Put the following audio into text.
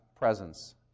presence